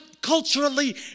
culturally